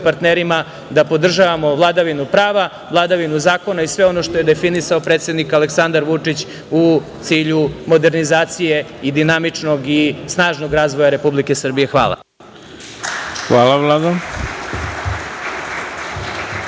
partnerima da podržavamo vladavinu prava, vladavinu zakona i sve ono što je definisao predsednik Aleksandar Vučić u cilju modernizacije i dinamičnog i snažnog razvoja Republike Srbije. Hvala. **Ivica